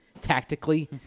tactically